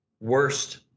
worst